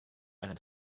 einer